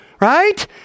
Right